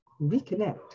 Reconnect